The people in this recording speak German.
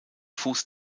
fuß